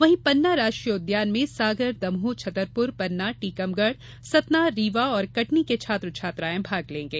वहीं पन्ना राष्ट्रीय उद्यान में सागर दमोह छतरपुर पन्ना टीकमगढ़ सतना रीवा और कटनी के छात्र छात्राऍ भाग लेगें